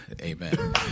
Amen